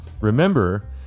Remember